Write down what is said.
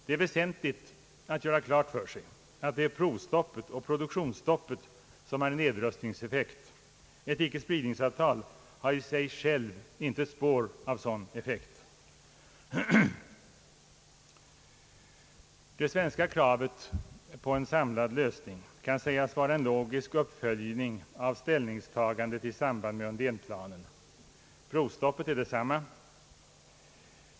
Det är väsentligt att göra klart för sig att det är provstoppet och produktionsstoppet som har nedrustningseffekt. Ett ickespridningsavtal har i sig självt intet spår av någon sådan effekt. Det svenska kravet på en samlad lösning kan sägas vara en logisk uppföljning av ställningstagandet i samband med Undénplanen, Provstoppet är detsamma.